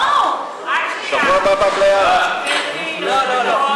לא, לא.